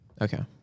Okay